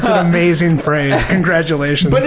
ah amazing phrase. congratulations.